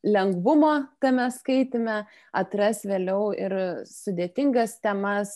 lengvumo tame skaityme atras vėliau ir sudėtingas temas